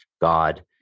God